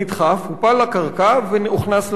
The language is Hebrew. הופל לקרקע והוכנס לניידת.